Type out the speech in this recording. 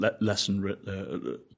Lesson